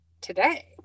today